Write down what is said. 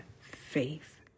faith